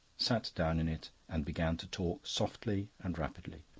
sat down in it, and began to talk softly and rapidly.